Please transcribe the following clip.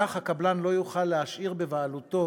כך הקבלן לא יוכל להשאיר בבעלותו